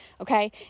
okay